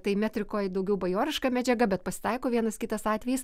tai metrikoj daugiau bajoriška medžiaga bet pasitaiko vienas kitas atvejis